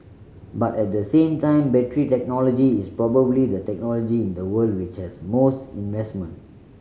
but at the same time battery technology is probably the technology in the world which has most investment